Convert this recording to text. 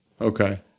Okay